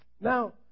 Now